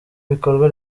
bikorwa